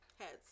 Heads